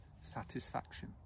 satisfaction